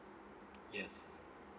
yes